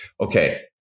Okay